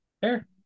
Fair